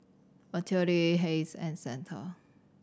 Matilde Hayes and Santa